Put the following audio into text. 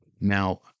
Now